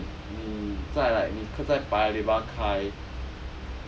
不是你你在 like 你不在 paya lebar 开